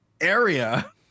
area